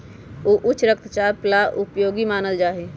ऊ उच्च रक्तचाप ला उपयोगी मानल जाहई